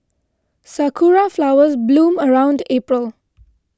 sakura flowers bloom around April